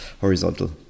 horizontal